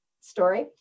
story